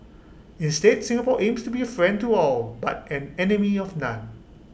instead Singapore aims to be A friend to all but an enemy of none